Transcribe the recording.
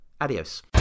adios